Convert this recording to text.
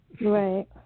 Right